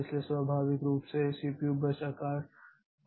इसलिए स्वाभाविक रूप से सीपीयू बर्स्ट आकार तुलनीय नहीं हैं